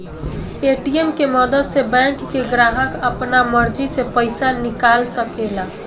ATM के मदद से बैंक के ग्राहक आपना मर्जी से पइसा निकाल सकेला